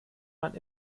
man